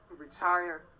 Retire